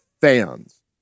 fans